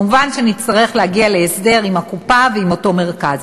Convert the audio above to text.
מובן שנצטרך להגיע להסדר עם הקופה ועם אותו מרכז.